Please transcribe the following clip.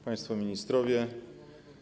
Państwo Ministrowie!